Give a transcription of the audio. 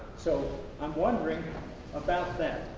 so i'm wondering about them.